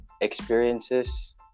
experiences